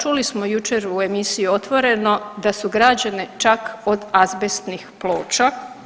Čuli smo jučer u emisiji Otvoreno da su građene čak od azbestnih ploča.